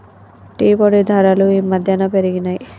tea పొడి ధరలు ఈ మధ్యన పెరిగినయ్